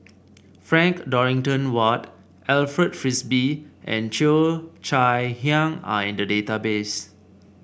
Frank Dorrington Ward Alfred Frisby and Cheo Chai Hiang are in the database